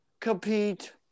compete